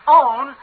own